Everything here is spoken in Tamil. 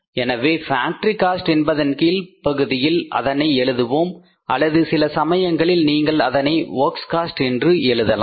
எனவே ஃபேக்டரி காஸ்ட் என்பதன் கீழ் பகுதியில் அதனை எழுதுவேன் அல்லது சில சமயங்களில் நீங்கள் அதனை வொர்க்ஸ் காஸ்ட் என்று எழுதலாம்